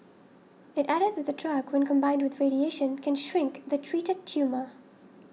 it added that the drug when combined with radiation can shrink the treated tumour